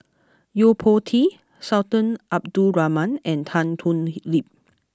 Yo Po Tee Sultan Abdul Rahman and Tan Thoon Lip